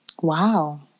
Wow